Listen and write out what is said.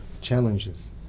challenges